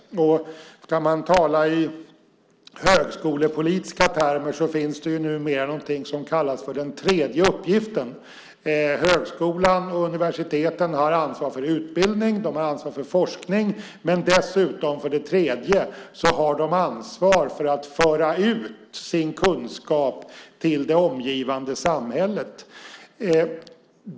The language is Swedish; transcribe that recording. Ska man tala i högskolepolitiska termer finns det ju numera något som kallas för den tredje uppgiften. Högskolorna och universiteten har ansvar för utbildning. De har ansvar för forskning. De har för det tredje dessutom ansvar för att föra ut sin kunskap till det omgivande samhället.